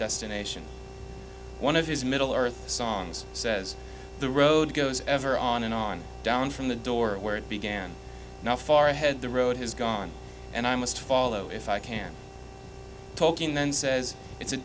destination one of his middle earth songs says the road goes ever on and on down from the door where it began not far ahead the road has gone and i must follow if i can talking then says it's a